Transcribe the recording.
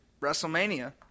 WrestleMania